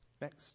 Next